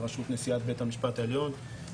בראשות נשיאת בית המשפט העליון.